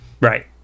Right